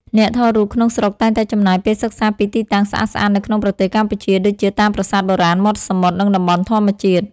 អ្នកថតរូបក្នុងស្រុកតែងតែចំណាយពេលសិក្សាពីទីតាំងស្អាតៗនៅក្នុងប្រទេសកម្ពុជា ដូចជាតាមប្រាសាទបុរាណ មាត់សមុទ្រ និងតំបន់ធម្មជាតិ។